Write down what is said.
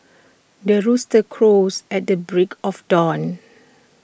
the rooster crows at the break of dawn